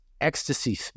ecstasy